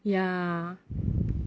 ya